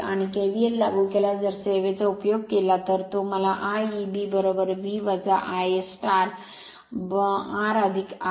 आणि KVL लागू केल्यास जर सेवेचा उपयोग केला तर तो मला I Eb V Ia R ra